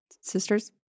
sisters